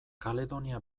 kaledonia